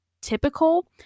typical